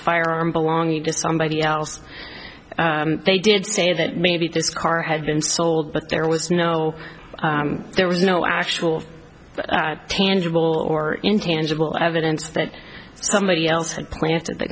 firearm belonging to somebody else they did say that maybe this car had been sold but there was no there was no actual tangible or intangible evidence that somebody else had planted the